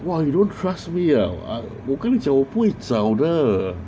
!wah! you don't trust me ah I 我跟你讲我不会找到的